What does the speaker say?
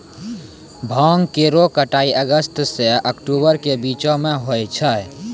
भांग केरो कटाई अगस्त सें अक्टूबर के बीचो म होय छै